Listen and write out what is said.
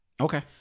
Okay